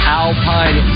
alpine